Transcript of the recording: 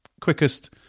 quickest